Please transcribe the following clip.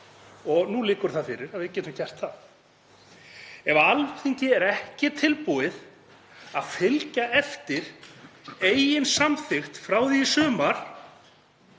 og nú liggur fyrir að við getum gert það. Ef Alþingi er ekki tilbúið til að fylgja eftir eigin samþykkt frá því í sumar